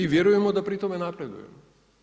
I vjerujemo da pritom napredujemo.